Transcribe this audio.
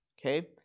okay